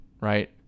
right